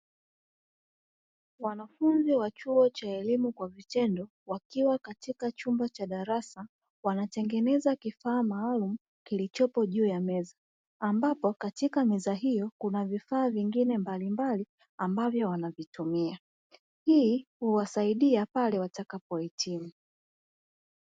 Wanafunzi wa chuo cha elimu kwa vitendo wakiwa katika chumba cha darasa, wanatengeneza kifaa maalumu kilichopo juu ya meza, ambapo katika meza hiyo kuna vifaa vingine mbalimbali ambavyo wanavitumia. Hii huwasaidia pale watakapo hitimu.